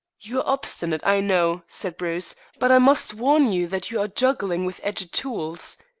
you are obstinate, i know, said bruce, but i must warn you that you are juggling with edged tools.